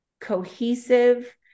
cohesive